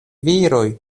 viroj